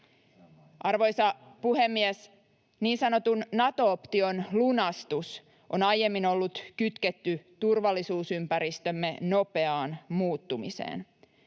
Arvoisa puhemies! Niin sanotun Nato-option lunastus on aiemmin ollut kytketty turvallisuusympäristömme nopeaan muuttumiseen.